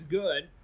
good